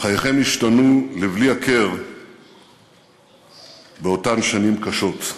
חייכם השתנו לבלי הכר באותן שנים קשות.